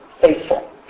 faithful